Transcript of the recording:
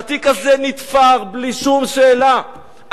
שהתיק הזה נתפר בלי שום שאלה,